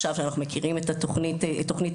מאחר ואנחנו כבר מכירים את תוכנית גפ"ן,